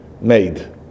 made